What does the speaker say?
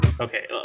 Okay